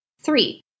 Three